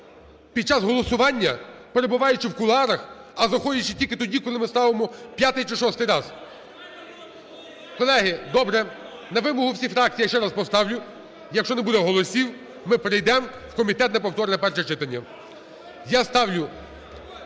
під час голосування перебуваючи в кулуарах, а заходячи тільки тоді, коли ми ставимо п'ятий чи шостий раз. Колеги, добре. На вимогу всіх фракцій я ще раз поставлю. Якщо не буде голосів, ми перейдемо в комітет на повторне перше читання. Я ставлю